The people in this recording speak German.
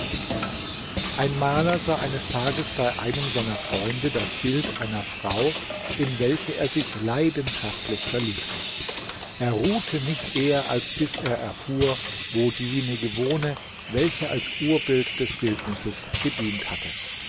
ein maler sah eines tages bei einem seiner freunde das bild einer frau in welche er sich leidenschaftlich verliebte er ruhte nicht eher als bis er erfuhr wo diejenige wohne welche als urbild des bildnisses gedient hatte